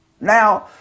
now